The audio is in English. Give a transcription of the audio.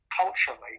culturally